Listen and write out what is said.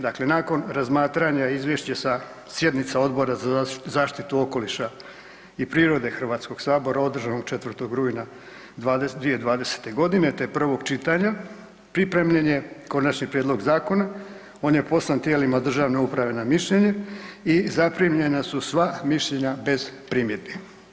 Dakle, nakon razmatranja izvješća sa sjednice Odbora za zaštitu okoliša i prirode HS održane 4. rujna 2020.g., te prvog čitanja, pripremljen je konačni prijedlog zakona, on je poslan tijelima državne uprave na mišljenje i zaprimljena su sva mišljenja bez primjedbi.